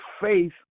faith